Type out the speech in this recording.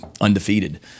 undefeated